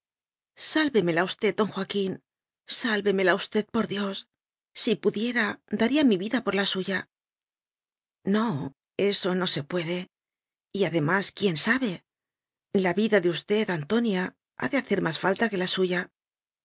bil sálvemela usted don joaquín sálve mela usted por dios si pudiera daría mi vida por la suya no eso no se puede y además quién sabe la vida de usted antonia ha de ha cer más falta que la suya